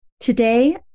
Today